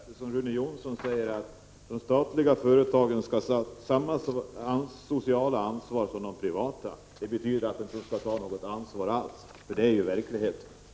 Herr talman! Rune Jonsson säger att de statliga företagen skall ta samma sociala ansvar som de privata företagen måste ta. Det betyder att de statliga företagen inte skall ta något ansvar alls. Det är ju så det i verkligheten förhåller sig.